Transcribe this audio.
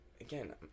again